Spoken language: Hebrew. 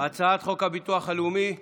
הצעת חוק הביטוח הלאומי (תיקון,